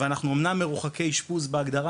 ואנחנו אמנם מרוחקי אשפוז בהגדרה,